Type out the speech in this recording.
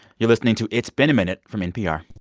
you're listening to it's been a minute from npr